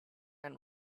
end